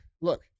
look